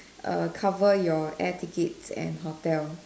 err cover your air tickets and hotel